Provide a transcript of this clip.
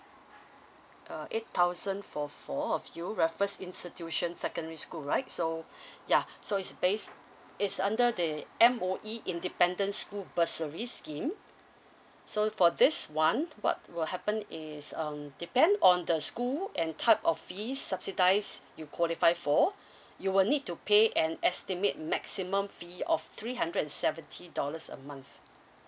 uh eight thousand for four of you raffles institution secondary school right so ya so it's based it's under the M_O_E independent school bursary scheme so for this one what will happen is um depend on the school and type of fees subsidize you qualify for you will need to pay an estimate maximum fee of three hundred and seventy dollars a month